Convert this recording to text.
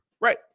Right